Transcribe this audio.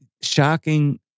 shocking